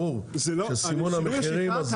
ברור שסימון המחירים הזה